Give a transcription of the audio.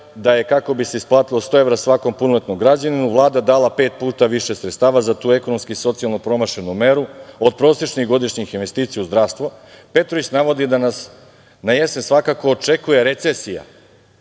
da je kako bi se isplatilo 100 evra svakom punoletnom građaninu Vlada dala pet puta više sredstava za tu ekonomski i socijalnu promašenu meru, od prosečnih godišnjih investicija u zdravstvo. Petrović navodi da nas na jesen svakako očekuje recesija,